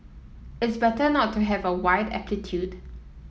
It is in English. it's better not to have a wide amplitude